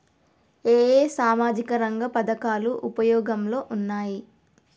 ఏ ఏ సామాజిక రంగ పథకాలు ఉపయోగంలో ఉన్నాయి?